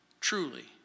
Truly